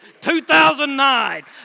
2009